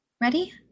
Ready